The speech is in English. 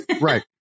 Right